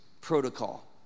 protocol